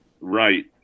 right